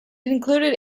included